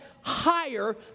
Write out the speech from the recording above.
higher